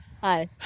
Hi